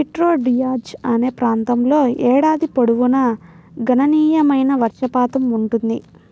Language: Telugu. ప్రిటో డియాజ్ అనే ప్రాంతంలో ఏడాది పొడవునా గణనీయమైన వర్షపాతం ఉంటుంది